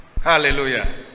hallelujah